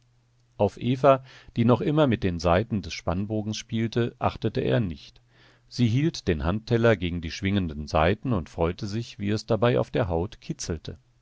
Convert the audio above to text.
auf eva die noch immer mit den saiten des spannbogens spielte achtete er nicht sie hielt den handteller gegen die schwingenden saiten und freute sich wie es dabei auf der haut kitzelte